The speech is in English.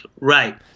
Right